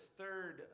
third